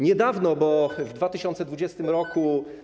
Niedawno, bo w 2020 r.